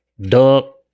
duck